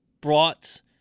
brought